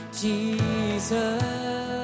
Jesus